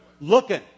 looking